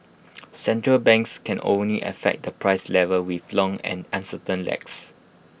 central banks can only affect the price level with long and uncertain lags